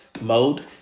mode